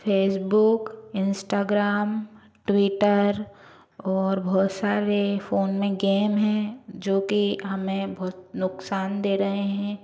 Facebook Instagram Twitter और बहुत सारे फ़ोन में गेम हैं जो कि हमें बहुत नुक़सान दे रहे हैं